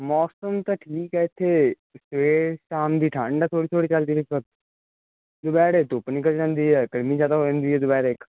ਮੌਸਮ ਤਾਂ ਠੀਕ ਹੈ ਇੱਥੇ ਸਵੇਰ ਸ਼ਾਮ ਦੀ ਠੰਡ ਆ ਥੋੜ੍ਹੀ ਥੋੜ੍ਹੀ ਚਲਦੀ ਦੁਪਹਿਰੇ ਧੁੱਪ ਨਿਕਲ ਜਾਂਦੀ ਹੈ ਗਰਮੀ ਜ਼ਿਆਦਾ ਹੋ ਜਾਂਦੀ ਹੈ ਦੁਪਹਿਰੇ ਇੱਕ